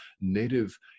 native